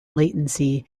latency